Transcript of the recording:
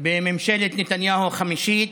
בממשלת נתניהו החמישית.